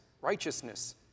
righteousness